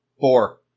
Four